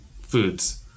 foods